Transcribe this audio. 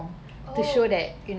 oh